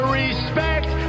respect